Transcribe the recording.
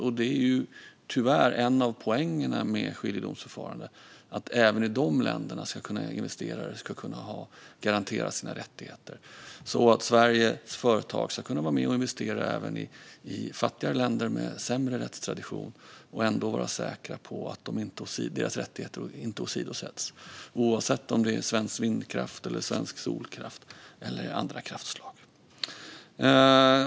Tyvärr är det en av poängen med skiljedomsförfaranden. Även i dessa länder ska investerare kunna garanteras sina rättigheter. Sveriges företag ska kunna vara med och investera även i fattigare länder med sämre rättstradition och ändå vara säkra på att deras rättigheter inte åsidosätts. Det gäller oavsett om det är svensk vindkraft, solkraft eller andra kraftslag.